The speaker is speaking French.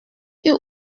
eût